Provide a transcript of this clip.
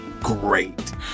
great